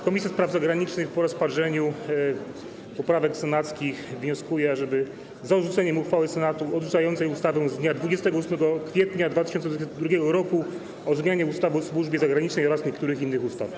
Komisja Spraw Zagranicznych po rozpatrzeniu poprawek senackich wnioskuje, ażeby głosować za odrzuceniem uchwały Senatu odrzucającej ustawę z dnia 28 kwietnia 2022 r. o zmianie ustawy o służbie zagranicznej oraz niektórych innych ustaw.